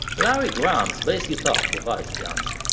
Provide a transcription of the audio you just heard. larry graham's bass guitar provides the answer.